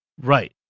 Right